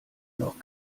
noch